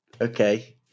Okay